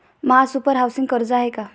महासुपर हाउसिंग कर्ज आहे का?